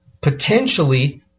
potentially